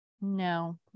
No